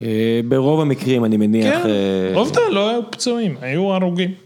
ברוב המקרים אני מניח... כן, ברוב דבר לא היו פצועים, היו הרוגים.